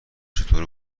چطور